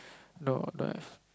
no don't have